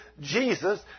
Jesus